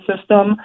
system